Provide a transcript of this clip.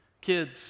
Kids